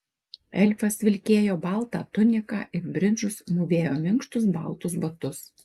elfas vilkėjo baltą tuniką ir bridžus mūvėjo minkštus baltus batus